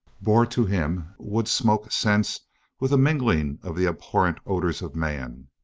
bore to him wood-smoke scents with a mingling of the abhorrent odors of man.